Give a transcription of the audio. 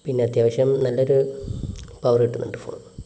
പിന്നെ അത്യാവശ്യം നല്ലൊരു പവറ് കിട്ടുന്നുണ്ട് ഫോൺ